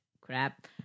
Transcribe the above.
crap